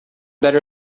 better